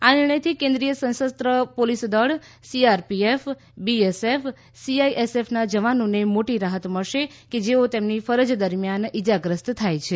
આ નિર્ણયથી કેન્દ્રીય સંશસ્ત્ર પોલીસ દળ સીઆરપીએફ બીએસએફ સીઆઇએસએફ ના જવનોને મોટી રાહત મળશે કે જેઓ તેમની ફરજ દરમિયાન ઇજાગ્રસ્ત થાય છે